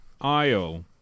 aisle